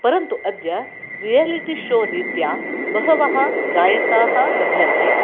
परन्तु अद्य reality show रीत्या बहवः गायकाः लभ्यन्ते